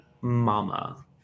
mama